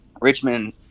Richmond